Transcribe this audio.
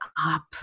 up